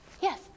Yes